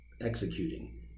executing